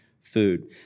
food